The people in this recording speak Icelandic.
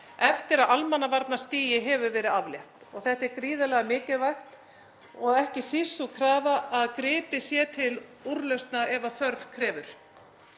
eftir að almannavarnastigi hefur verið aflétt og þetta er gríðarlega mikilvægt, ekki síst sú krafa að gripið sé til úrlausna ef þörf krefur.